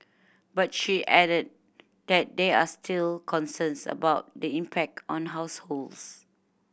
but she added that there are still concerns about the impact on households